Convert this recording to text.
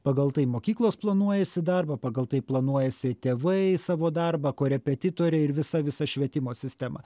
pagal tai mokyklos planuojasi darbą pagal tai planuojasi tėvai savo darbą korepetitoriai ir visa visa švietimo sistema